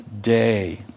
day